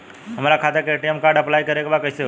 हमार खाता के ए.टी.एम कार्ड अप्लाई करे के बा कैसे होई?